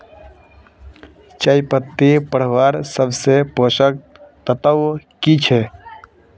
चयपत्ति बढ़वार सबसे पोषक तत्व की छे?